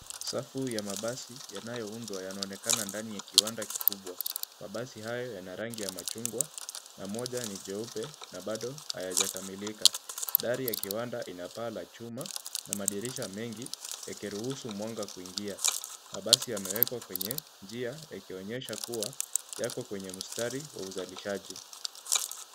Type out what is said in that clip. Safu ya mabasi yanayoundwa yanaonekana ndani ya kiwanda kikubwa. Mabasi hayo yana rangi ya machungwa na moja ni jeupe na bado hayajakamilika. Dari ya kiwanda ina paa la chuma na madirisha mengi yakiruhusu mwanga kuingia. Mabasi yamewekwa kwenye njia, yakionyesha kuwa yako kwenye mstari wa uzalishaji.